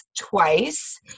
twice